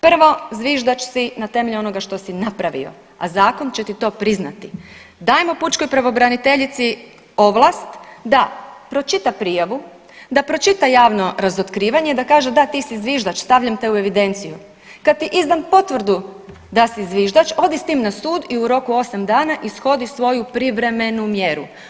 Prvo, zviždač na temelju onoga što si napravio, a zakon će ti to priznati, dajmo pučkoj pravobraniteljici ovlast da pročita prijavu, da pročita javno razotkrivanje, da kaže, da ti si zviždač stavljam te u evidenciju, kad ti izdam potvrdu da si zviždač odi s tim na sud i u roku osam dana ishodi svoju privremenu mjeru.